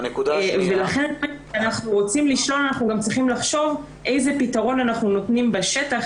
לכן אם רוצים לשלול אפוטרופסות צריך לחשוב גם איזה פתרון נותנים בשטח